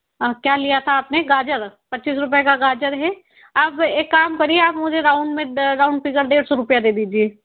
क्या लिया था आपने गाजर पच्चीस रुपए का गाजर है आप एक काम करिए आप मुझे राउंड में राउंड फिगर दो सौ रूपया दे दीजिए